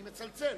אני מצלצל,